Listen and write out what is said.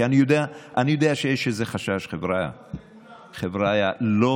כי אני יודע שיש איזה חשש, חבריא, של כולם.